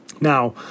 Now